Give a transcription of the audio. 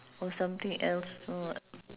or something else what